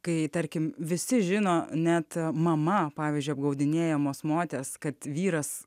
kai tarkim visi žino net mama pavyzdžiui apgaudinėjamos moters kad vyras